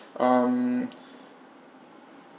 um